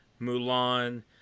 Mulan